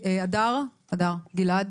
הדר גיל-עד.